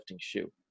shoe